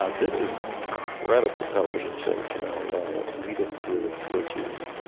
ah this is an incredible television show. two men will lead us through its virtues